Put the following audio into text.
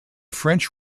french